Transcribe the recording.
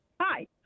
Hi